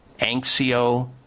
Anxio